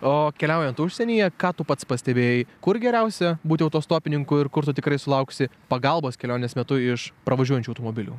o keliaujant užsienyje ką tu pats pastebėjai kur geriausia būti autostopininku ir kur tu tikrai sulauksi pagalbos kelionės metu iš pravažiuojančių automobilių